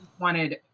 wanted